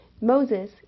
Moses